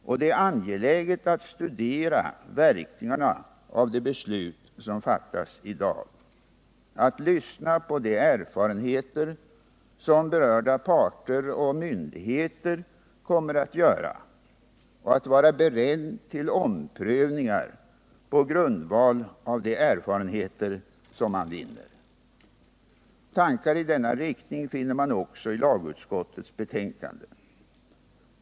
Och det är angeläget att studera verkningarna av de beslut som fattas i dag, att lyssna på de erfarenheter som berörda parter och myndigheter kommer att göra och att vara beredd till omprövningar på grundval av de erfarenheter som man vinner. Tankar i denna riktning finner man också i lagutskottets betänkande.